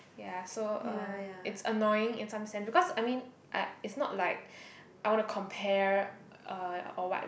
yeah so uh it's annoying in some sense because I mean I it's not like I wanna compare uh or what